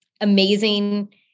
amazing